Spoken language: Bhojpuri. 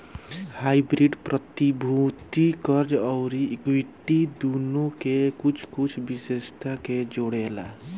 हाइब्रिड प्रतिभूति, कर्ज अउरी इक्विटी दुनो के कुछ कुछ विशेषता के जोड़ेला